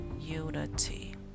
unity